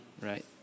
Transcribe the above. right